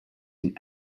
and